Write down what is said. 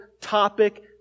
topic